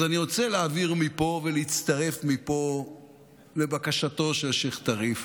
אז אני רוצה להעביר מפה ולהצטרף מפה לבקשתו של השייח' טריף: